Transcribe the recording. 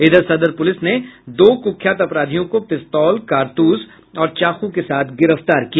इधर सदर पुलिस ने दो कुख्यात अपराधियों को पिस्तौल कारतूस और चाकू के साथ गिरफ्तार किया